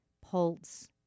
Pulse